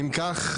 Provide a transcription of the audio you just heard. אם כך,